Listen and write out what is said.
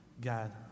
God